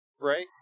Right